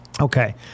okay